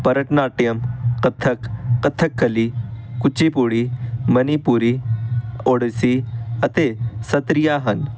Bharatanatyam Kathak Kathakali Kuchipudi Manipuri Odissi ਅਤੇ ਸਤਰੀਆ ਹਨ